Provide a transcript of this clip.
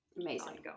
Amazing